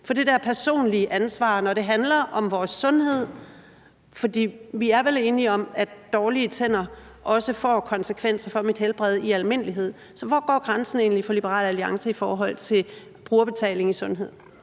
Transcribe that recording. for det der personlige ansvar, når det handler om vores sundhed? For vi er vel enige om, at dårlige tænder også får konsekvenser for folks helbred i almindelighed. Så hvor går grænsen egentlig for Liberal Alliance i forhold til brugerbetaling på sundhed?